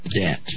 debt